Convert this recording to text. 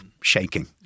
shaking